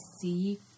see